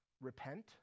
repent